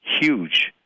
huge